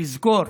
תזכור,